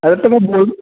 array त में बोल